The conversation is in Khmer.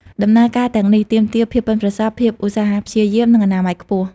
ដំណើរការទាំងនេះទាមទារភាពប៉ិនប្រសប់ ភាពឧស្សាហ៍ព្យាយាម និងអនាម័យខ្ពស់។